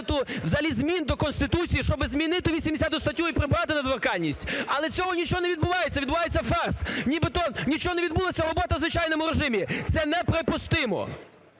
взагалі змін до Конституції, щоб змінити 80 статтю – і прибрати недоторканність. Але цього нічого не відбувається, відбувається фарс, нібито нічого не відбулося, робота в звичайному режимі. Це неприпустимо!